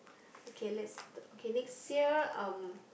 okay let's okay next year um